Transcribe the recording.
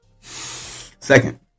second